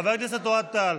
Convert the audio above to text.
חבר הכנסת אוהד טל,